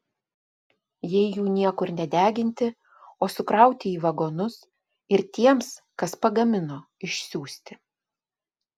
jei jų niekur nedeginti o sukrauti į vagonus ir tiems kas pagamino išsiųsti